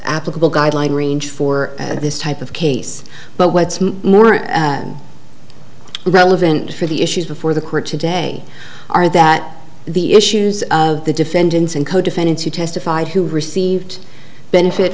pplicable guideline range for this type of case but what's more relevant for the issues before the court today are that the issues of the defendants and co defendants who testified who received benefit